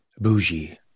Bougie